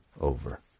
over